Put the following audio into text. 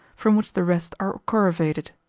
from which the rest are corrivated.